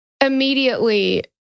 immediately